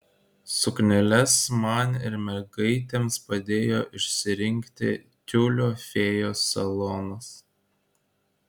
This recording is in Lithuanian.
sukneles man ir mergaitėms padėjo išsirinkti tiulio fėjos salonas